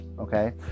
Okay